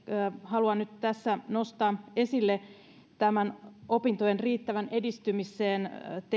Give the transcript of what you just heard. haluan nyt tässä nostaa esille opintojen riittävään edistymiseen